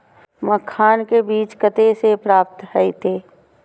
मखान के बीज कते से प्राप्त हैते?